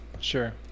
sure